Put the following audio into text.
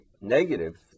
negative